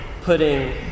putting